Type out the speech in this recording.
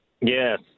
Yes